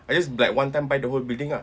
I just be like one time buy the whole building ah